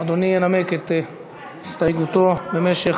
אדוני ינמק את הסתייגותו במשך